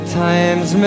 times